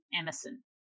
Emerson